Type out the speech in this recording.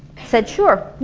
said sure,